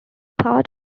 part